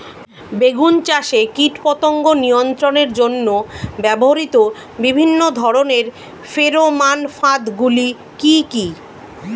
বেগুন চাষে কীটপতঙ্গ নিয়ন্ত্রণের জন্য ব্যবহৃত বিভিন্ন ধরনের ফেরোমান ফাঁদ গুলি কি কি?